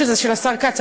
אף שזה של השר כץ,